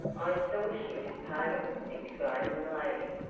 i saw she was pale, exclaimed the lady,